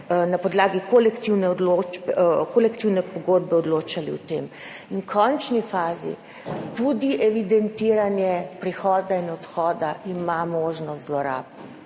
na podlagi kolektivne pogodbe odločali o tem. V končni fazi ima tudi evidentiranje prihoda in odhoda možnost zlorab,